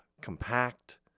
compact